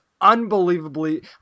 unbelievably